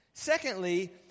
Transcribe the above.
Secondly